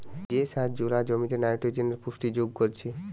যে সার জোলা জমিতে নাইট্রোজেনের পুষ্টি যোগ করছে